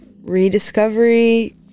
Rediscovery